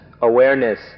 awareness